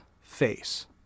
face